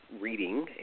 reading